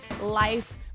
life